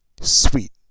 sweet